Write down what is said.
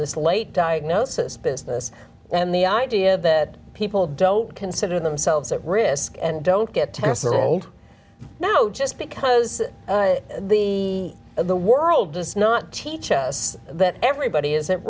this late diagnosis business and the idea that people don't consider themselves at risk and don't get tested old know just because the the world does not teach us that everybody is at